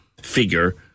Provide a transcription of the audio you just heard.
figure